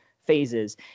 phases